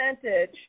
percentage